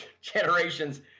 generations